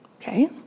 okay